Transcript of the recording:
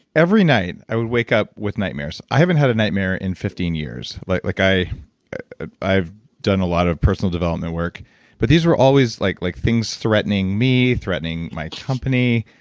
every night, i would wake up with nightmares. i haven't had a nightmare in fifteen years like like i've done a lot of personal development work but these are always like like things threatening me, threatening my company.